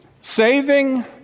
Saving